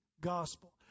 gospel